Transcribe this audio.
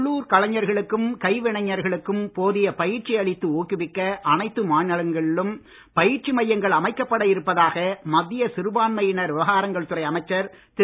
உள்ளூர் கலைஞர்களுக்கும் கைவினைஞர்களுக்கும் போதிய பயிற்சி அளித்து ஊக்குவிக்க அனைத்து மாநிலங்களிலும் பயிற்சி மையங்கள் அமைக்கப்பட இருப்பதாக மத்திய சிறுபான்மையின விவகாரங்கள் துறை அமைச்சர் திரு